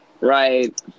Right